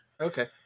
Okay